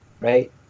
right